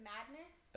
Madness